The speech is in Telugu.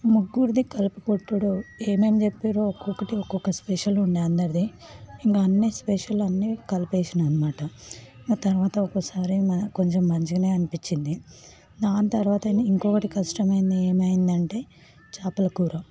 ముగ్గురిదీ కలిపి కొట్టుడు ఏమేం చెప్పారో ఒక్కొక్కటి ఒక్కొక్క స్పెషల్ ఉండే అందరిదీ ఇంకా అన్నిస్పెషల్ అన్ని కలిపేసినా అనమాట ఇంగ తర్వాత ఒకసారి కొంచెం మంచిగనే అనిపించింది దాని తర్వాతనే ఇంకొకటి కష్టమైంది ఏమైందంటే చేపల కూర